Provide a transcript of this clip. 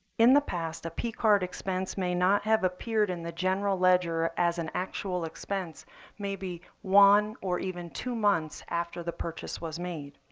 in the past, a p card expense may not have appeared in the general ledger as an actual expense maybe one or even two months after the purchase was made.